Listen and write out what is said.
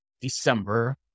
December